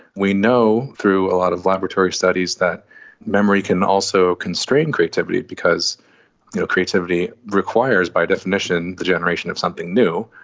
we know through a lot of laboratory studies that memory can also constrain creativity because you know creativity requires, by definition, the generation of something new,